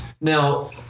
Now